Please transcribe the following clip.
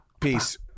Peace